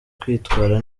kwitwara